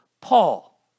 Paul